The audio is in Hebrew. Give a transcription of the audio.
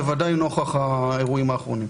בוודאי לנוכח האירועים האחרונים.